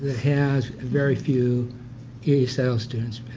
ah has very few esl students,